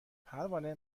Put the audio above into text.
پروانه